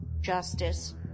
justice